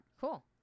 Cool